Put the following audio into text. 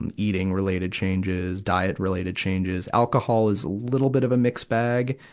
and eating related changes, diet related changes. alcohol is a little bit of a mixed bag.